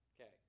Okay